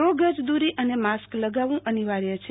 દો ગજ દુરી અને માસ્ક લગાવવુ અનિવાર્ય છે